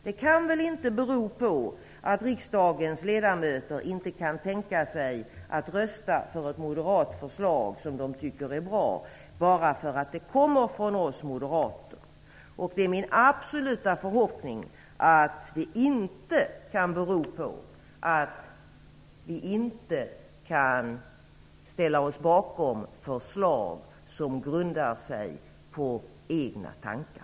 Det kan väl inte bero på att riksdagens ledamöter inte kan tänka sig att rösta för ett moderat förslag som de tycker är bra, bara för att det kommer från oss moderater? Det är min absoluta förhoppning att det inte kan bero på att vi inte kan ställa oss bakom förslag som grundar sig på egna tankar.